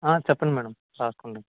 చెప్పండి మేడం వ్రాసుకుంటా